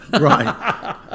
Right